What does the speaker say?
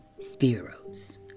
Spiro's